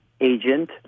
agent